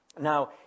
Now